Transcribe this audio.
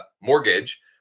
Mortgage